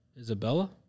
Isabella